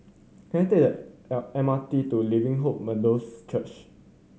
can I take the L M R T to Living Hope Methodist Church